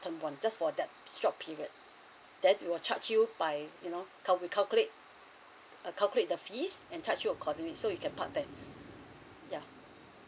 term one just for that short period that you will charge you by you know cal~ we calculate uh calculate the fees and charge you accordingly so you can park there yeah